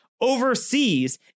overseas